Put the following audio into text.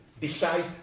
decide